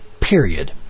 period